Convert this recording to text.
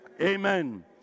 Amen